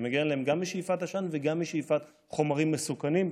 זה מגן עליהם גם משאיפת עשן וגם משאיפת חומרים מסוכנים,